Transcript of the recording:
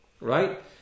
Right